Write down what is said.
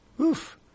oof